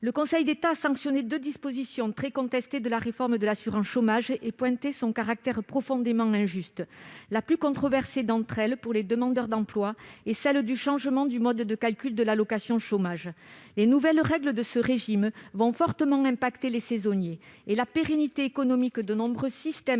Le Conseil d'État a sanctionné deux dispositions très contestées de la réforme de l'assurance chômage et mis en avant le caractère profondément injuste de cette réforme. La plus controversée de ces dispositions, pour les demandeurs d'emploi, est le changement du mode de calcul de l'allocation chômage. Les nouvelles règles de ce régime impacteront fortement les saisonniers et la pérennité économique de nombreux systèmes